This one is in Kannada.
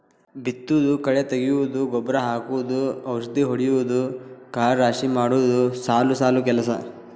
ಬಿತ್ತುದು ಕಳೆ ತಗಿಯುದು ಗೊಬ್ಬರಾ ಹಾಕುದು ಔಷದಿ ಹೊಡಿಯುದು ಕಾಳ ರಾಶಿ ಮಾಡುದು ಸಾಲು ಸಾಲು ಕೆಲಸಾ